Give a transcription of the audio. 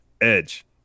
Edge